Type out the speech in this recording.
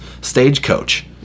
stagecoach